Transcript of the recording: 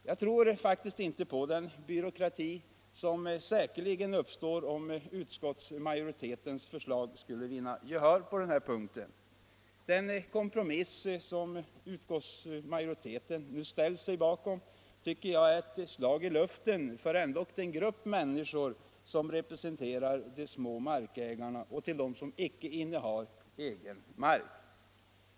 Jag tror faktiskt inte på den byråkrati som säkerligen uppstår om utskottsmajoritetens förslag skulle vinna gehör på denna punkt. Den kompromiss som utskottsmajoriteten nu ställt sig bakom tycker jag är ett slag i luften för den grupp människor som representerar de små markägarna och dem som icke innehar egen mark.